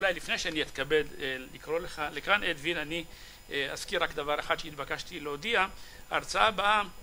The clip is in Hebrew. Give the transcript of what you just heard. אולי לפני שאני אתכבד לקרוא לך לכאן אדווין, אני אזכיר רק דבר אחד שהתבקשתי להודיע, ההרצאה הבאה